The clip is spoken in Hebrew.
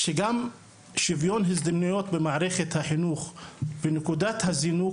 שוויון ההזדמנויות של סטודנט ערבי במערכת החינוך ונקודת הזינוק